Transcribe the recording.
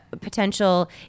potential